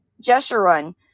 Jeshurun